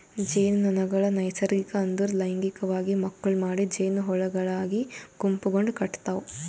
ಜೇನುನೊಣಗೊಳ್ ನೈಸರ್ಗಿಕ ಅಂದುರ್ ಲೈಂಗಿಕವಾಗಿ ಮಕ್ಕುಳ್ ಮಾಡಿ ಜೇನುಹುಳಗೊಳಾಗಿ ಗುಂಪುಗೂಡ್ ಕಟತಾವ್